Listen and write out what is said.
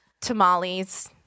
tamales